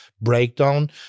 breakdown